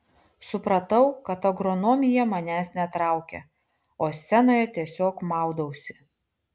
supratau kad agronomija manęs netraukia o scenoje tiesiog maudausi